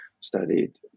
studied